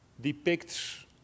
depicts